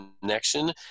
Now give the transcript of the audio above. connection